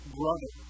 brother